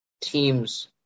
teams